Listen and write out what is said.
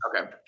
okay